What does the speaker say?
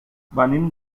venim